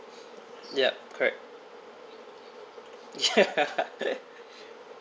ya correct ya